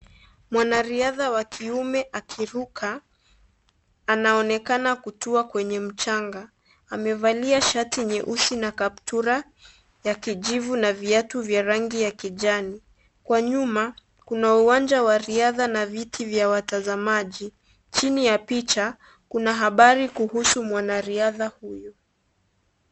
Mwanariadha wa kiume akiruka anaonekana kutua kwenye mchanga, amevalia shati nyeusi na kaptura ya kijivu na viatu vya rangi ya kijani kwa nyuma kuna uwanja wa riadha na viti vya watazamaji chini ya picha kuna habari kuhusu mwanariadha huyu.